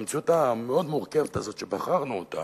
במציאות המאוד-מורכבת הזאת שבחרנו אותה,